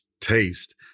taste